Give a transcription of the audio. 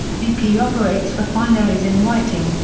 bp operates refineries in whiting,